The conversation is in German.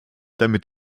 damit